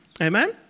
Amen